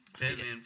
Batman